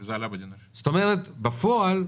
בפועל,